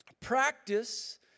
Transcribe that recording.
Practice